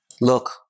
look